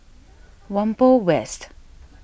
Whampoa West